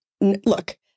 look